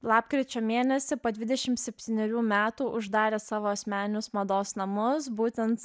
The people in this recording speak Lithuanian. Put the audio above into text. lapkričio mėnesį po dvidešimt septynerių metų uždarė savo asmeninius mados namus būtent